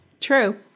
True